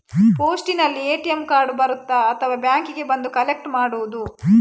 ಪೋಸ್ಟಿನಲ್ಲಿ ATM card ಬರುತ್ತಾ ಅಥವಾ ಬ್ಯಾಂಕಿಗೆ ಬಂದು ಕಲೆಕ್ಟ್ ಮಾಡುವುದು?